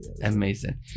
Amazing